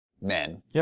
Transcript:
Men